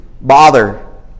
bother